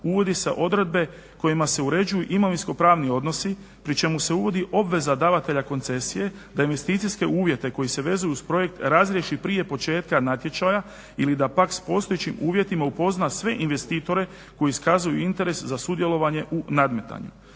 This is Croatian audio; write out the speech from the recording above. uvode se odredbe kojima se uređuju imovinsko-pravni odnosi pri čemu se uvodi obveza davatelja koncesije da investicijske uvjete koji se vezuju uz projekt razriješi prije početka natječaja ili da pak s postojećim uvjetima upozna sve investitore koji iskazuju interes za sudjelovanje u nadmetanju.